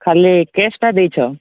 ଖାଲି କେସ୍ ଟା ଦେଇଛ